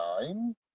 nine